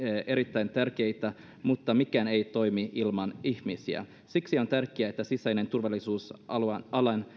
erittäin tärkeitä mutta mikään ei toimi ilman ihmisiä siksi on tärkeää että sisäisen turvallisuusalan